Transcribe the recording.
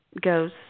goes